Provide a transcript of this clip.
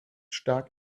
stark